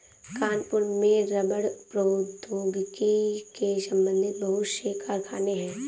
कानपुर में रबड़ प्रौद्योगिकी से संबंधित बहुत से कारखाने है